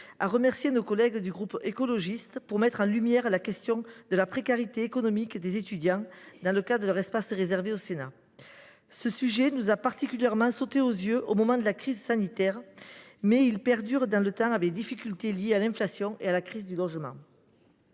à remercier nos collègues du groupe Écologiste – Solidarité et Territoires de mettre en lumière la question de la précarité économique des étudiants, dans le cadre de l’ordre du jour qui leur est réservé. Ce sujet nous a particulièrement sautés aux yeux au moment de la crise sanitaire, mais il perdure dans le temps avec les difficultés liées à l’inflation et la crise du logement.